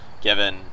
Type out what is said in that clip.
given